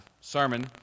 sermon